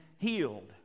healed